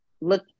look